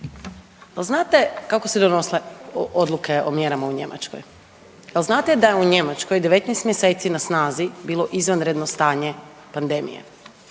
znate kako su se donose odluke o mjerama u Njemačkoj? Jel znate da je u Njemačkoj 19 mjeseci na snazi bilo izvanredno stanje pandemije